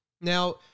Now